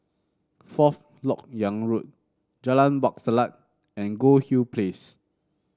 Fourth LoK Yang Road Jalan Wak Selat and Goldhill Place